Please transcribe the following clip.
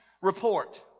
report